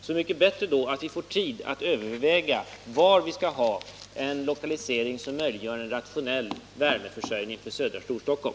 Så mycket bättre då att vi får tid att överväga var vi skall placera en anläggning som möjliggör en rationell värmeförsörjning för södra Storstockholm.